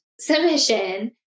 submission